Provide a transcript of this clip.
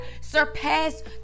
surpass